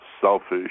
selfish